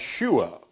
Yeshua